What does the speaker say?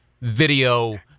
video